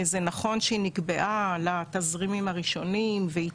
זה נכון שהיא נקבעה לתזרימים הראשונים והיא